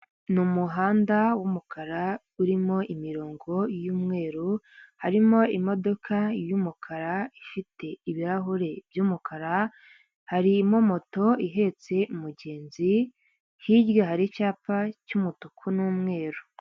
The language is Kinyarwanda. Ni umuhanda w'umukara urimo imirongo y'umweru, harimo imodoka y'umukara ifite ibirahuri by'umukara, harimo moto ihetse umugenzi, hirya hari icyapa cy'umutuku n'umweru.